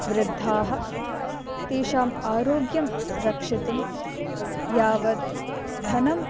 वृद्धाः तेषाम् आरोग्यं रक्षितुं यावद्धनं